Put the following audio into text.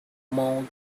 mouth